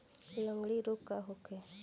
लगंड़ी रोग का होखे?